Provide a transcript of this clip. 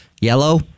yellow